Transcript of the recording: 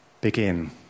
begin